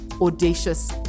audacious